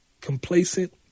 complacent